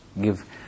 give